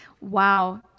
Wow